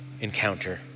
Encounter